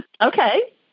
Okay